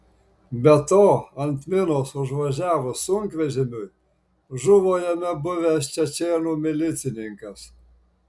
be to ant minos užvažiavus sunkvežimiui žuvo jame buvęs čečėnų milicininkas